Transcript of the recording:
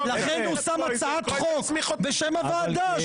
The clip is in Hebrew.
חבר הכנסת קרויזר --- לכן הוא שם הצעת חוק בשם הוועדה.